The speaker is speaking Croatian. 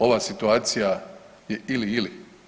Ova situacija je ili-ili.